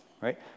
right